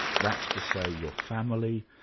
that's to say, your family,